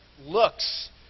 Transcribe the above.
looks